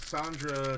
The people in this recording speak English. Sandra